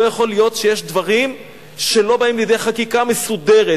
לא יכול להיות שיש דברים שלא באים לידי חקיקה מסודרת,